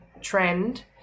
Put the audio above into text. trend